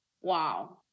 wow